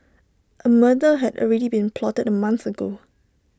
A murder had already been plotted A month ago